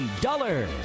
Dollar